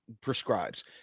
prescribes